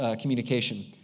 communication